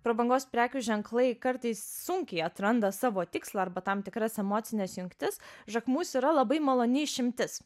prabangos prekių ženklai kartais sunkiai atranda savo tikslą arba tam tikras emocines jungtis jacquemus yra labai maloni išimtis